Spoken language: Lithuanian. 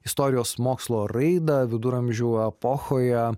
istorijos mokslo raidą viduramžių epochoje